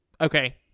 Okay